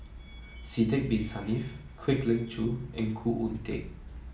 Sidek Bin Saniff Kwek Leng Joo and Khoo Oon Teik